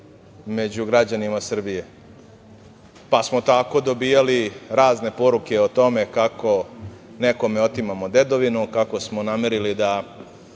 među građanima Srbije, pa smo tako dobijali razne poruke o tome kako nekome otimamo dedovinu, kako smo namerili da